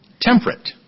temperate